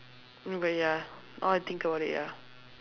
okay ya now I think about it ya